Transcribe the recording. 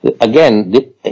Again